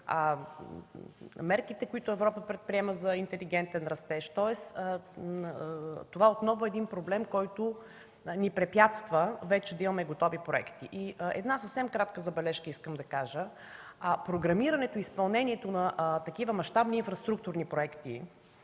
мерките, които Европа предприема за интелигентен растеж, тоест това отново е проблем, който ни препятства вече да имаме готови проекти. Искам да кажа съвсем кратка забележка. Програмирането и изпълнението на такива мащабни инфраструктурни проекти